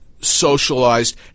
socialized